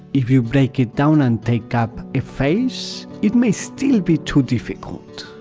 if you break it down and take-up a face, it may still be too difficult,